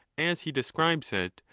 as he describes it,